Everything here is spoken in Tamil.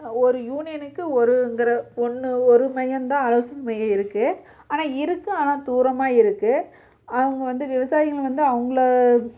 ஒரு யூனியனுக்கு ஒருங்கிற ஒன்று ஒரு மையம்தான் ஆலோசனை மையம் இருக்குது ஆனால் இருக்குது ஆனால் தூரமாக இருக்குது அவங்க வந்து விவசாயிங்கள் வந்து அவங்கள